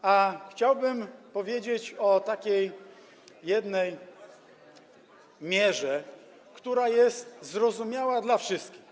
Ja chciałbym powiedzieć o takiej jednej mierze, która jest zrozumiała dla wszystkich.